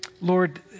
Lord